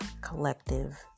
collective